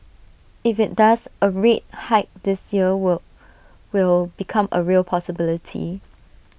if IT does A rate hike this year will will become A real possibility